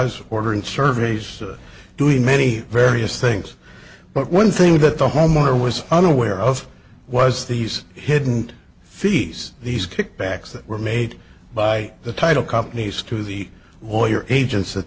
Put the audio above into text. was ordered surveys are doing many various things but one thing that the homeowner was unaware of was these hidden fees these kickbacks that were made by the title companies to the lawyer agents that